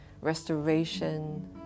restoration